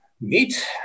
meet